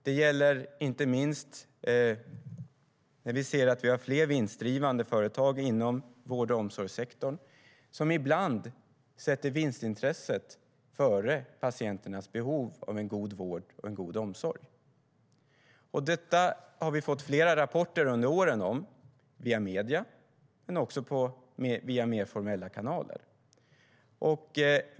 Det gäller inte minst att vi har fler vinstdrivande företag inom vård och omsorgssektorn som ibland sätter vinstintresset före patienternas behov av en god vård och en god omsorg. Under åren har vi fått flera rapporter om detta via medierna men också via mer formella kanaler.